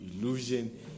illusion